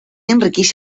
enriqueix